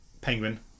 Penguin